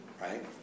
Right